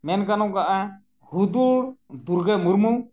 ᱢᱮᱱ ᱜᱟᱱᱚᱜᱼᱟ ᱦᱩᱫᱩᱲ ᱫᱩᱨᱜᱟᱹ ᱢᱩᱨᱢᱩ